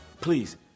Please